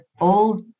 old